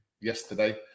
yesterday